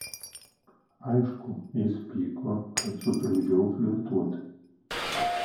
aišku jis pyko kad sutrukdžiau flirtuoti